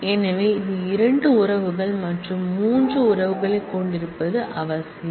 எனவே இது இரண்டு ரிலேஷன்கள் மற்றும் இது 3 ரிலேஷன்களைக் கொண்டிருப்பதால் அவசியம்